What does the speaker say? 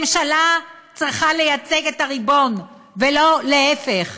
ממשלה צריכה לייצג את הריבון, ולא להפך.